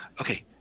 okay